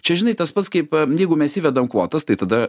čia žinai tas pats kaip jeigu mes įvedam kvotas tai tada